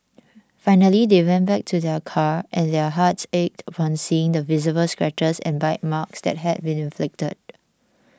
finally they went back to their car and their hearts ached upon seeing the visible scratches and bite marks